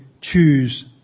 choose